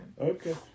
Okay